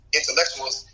intellectuals